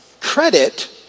credit